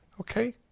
Okay